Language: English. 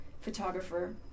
photographer